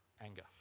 Anger